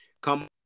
Come